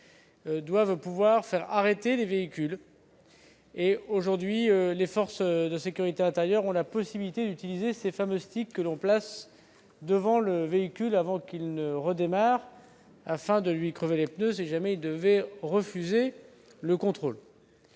doivent pouvoir faire arrêter les véhicules. Aujourd'hui, les forces de sécurité intérieure ont la possibilité d'utiliser ces fameux « sticks », que l'on place devant le véhicule avant qu'il ne redémarre, pour crever les pneus si jamais le conducteur refuse le contrôle.